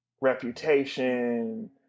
reputation